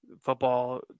Football